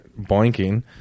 boinking